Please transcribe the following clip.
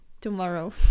Tomorrow